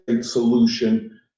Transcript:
solution